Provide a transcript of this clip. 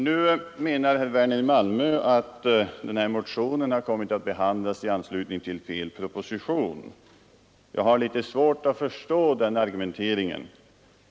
Nu menar herr Werner i Malmö att motionen har kommit att behandlas i anslutning till fel proposition. Jag har litet svårt att förstå den argumenteringen.